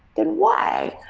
then why?